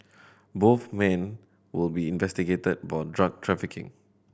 both men will be investigated for drug trafficking